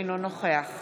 אינו נוכח